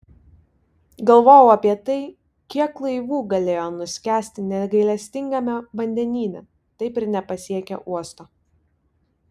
galvojau apie tai kiek laivų galėjo nuskęsti negailestingame vandenyne taip ir nepasiekę uosto